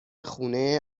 خونه